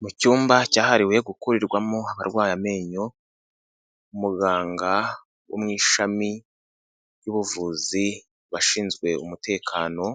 Mu cyumba cyahariwe gukurirwamo abarwaye amenyo, muganga wo mu ishami ry'ubuvuzi washinzwe umutekano